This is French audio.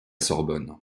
sorbonne